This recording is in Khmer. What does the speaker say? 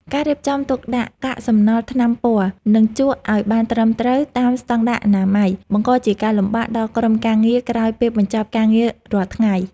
ការរៀបចំទុកដាក់កាកសំណល់ថ្នាំពណ៌ និងជក់ឱ្យបានត្រឹមត្រូវតាមស្ដង់ដារអនាម័យ បង្កជាការលំបាកដល់ក្រុមការងារក្រោយពេលបញ្ចប់ការងាររាល់ថ្ងៃ។